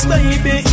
Baby